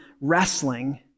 wrestling